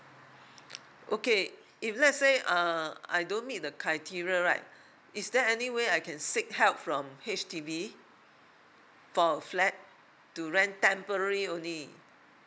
okay if let's say uh I don't meet the criteria right is there any way I can seek help from H_D_B for a flat to rent temporarily only